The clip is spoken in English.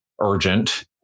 urgent